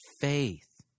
faith